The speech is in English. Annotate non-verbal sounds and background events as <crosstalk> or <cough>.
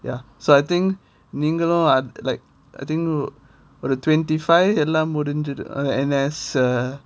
ya so I think நீங்களும்:neengalum like I think uh <noise> twenty five எல்லாம் முடிஞ்சிரும்:ellam mudinjidum N_S uh